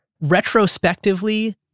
retrospectively